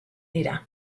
dira